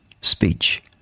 speech